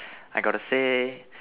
I got to say